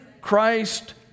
Christ